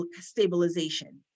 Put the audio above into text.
stabilization